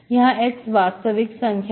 यहां x वास्तविक संख्या है